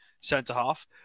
centre-half